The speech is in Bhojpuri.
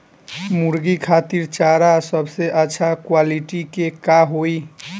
मुर्गी खातिर चारा सबसे अच्छा क्वालिटी के का होई?